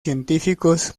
científicos